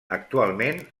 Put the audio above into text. actualment